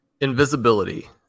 Invisibility